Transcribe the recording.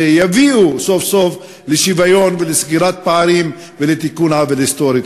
יביאו סוף-סוף לשוויון ולסגירת פערים ולתיקון עוול היסטורי.